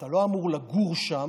אתה לא אמור לגור שם.